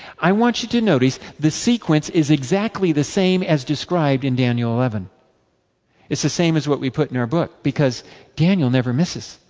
i want you to notice, the sequence is exactly the same as described in daniel eleven. it is the same as what we put in our book. because daniel never misses.